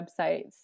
websites